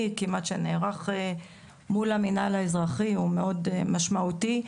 כמעט שנערך מול המנהל האזרחי הוא מאוד משמעותי.